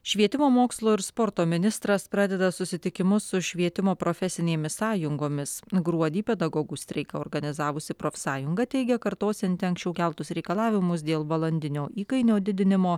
švietimo mokslo ir sporto ministras pradeda susitikimus su švietimo profesinėmis sąjungomis gruodį pedagogų streiką organizavusi profsąjunga teigia kartosianti anksčiau keltus reikalavimus dėl valandinio įkainio didinimo